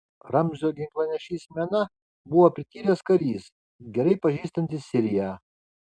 ramzio ginklanešys mena buvo prityręs karys gerai pažįstantis siriją